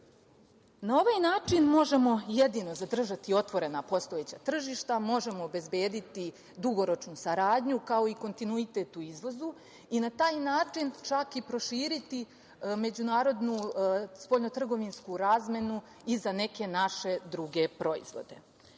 ovaj način možemo jedino zadržati otvorena postojeća tržišta, možemo obezbediti dugoročnu saradnju, kao i kontinuitet u izvozu i na taj način čak i proširiti međunarodnu spoljnotrgovinsku razmenu i za neke naše druge proizvode.U